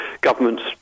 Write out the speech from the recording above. government's